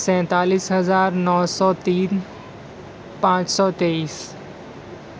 سینتالیس ہزار نو سو تین پانچ سو تیئس